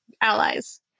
allies